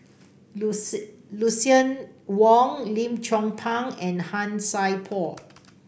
Lucien Wang Lim Chong Pang and Han Sai Por